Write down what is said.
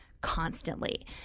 constantly